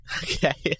okay